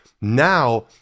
Now